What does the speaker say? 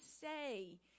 say